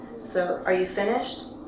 so are you finished?